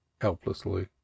helplessly